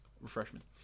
refreshment